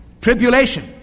tribulation